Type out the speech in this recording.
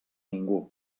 ningú